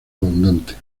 abundante